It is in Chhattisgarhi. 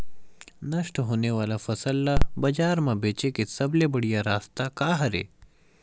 नष्ट होने वाला फसल ला बाजार मा बेचे के सबले बढ़िया रास्ता का हरे?